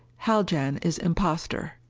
haljan is imposter.